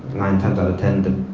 nine times out of ten,